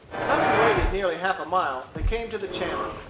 having waded nearly half a mile, they came to the channel.